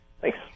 Thanks